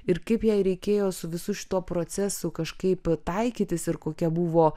ir kaip jai reikėjo su visu šituo procesu kažkaip taikytis ir kokia buvo